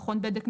מכון בדק,